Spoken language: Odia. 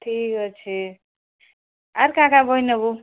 ଠିକ୍ ଅଛି ଆର କା କା ବହି ନେବୁ